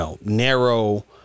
narrow